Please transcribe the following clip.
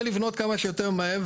יורי רוצה לבנות כמה שיותר מהר.